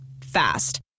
Fast